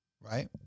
Right